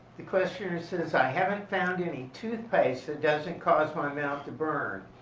the question is is i haven't found any toothpaste that doesn't cause my mouth to burn.